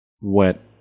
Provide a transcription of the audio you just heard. wet